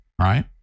right